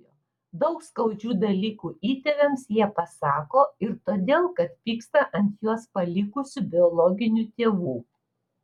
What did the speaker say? daug skaudžių dalykų įtėviams jie pasako ir todėl kad pyksta ant juos palikusių biologinių tėvų